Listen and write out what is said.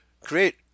create